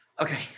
okay